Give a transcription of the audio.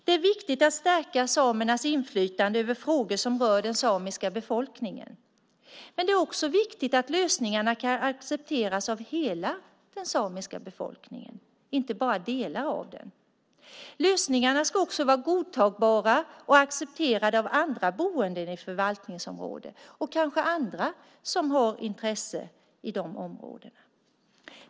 Det är viktigt att stärka samernas inflytande över frågor som rör den samiska befolkningen. Men det är också viktigt att lösningarna kan accepteras av hela den samiska befolkningen och inte bara delar av den. Lösningarna ska också vara godtagbara och accepteras av andra som bor i förvaltningsområdet liksom kanske av andra som har intressen i områdena.